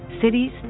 cities